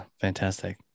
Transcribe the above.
Fantastic